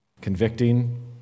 convicting